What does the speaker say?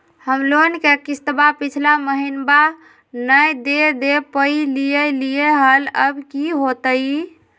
हम लोन के किस्तवा पिछला महिनवा नई दे दे पई लिए लिए हल, अब की होतई?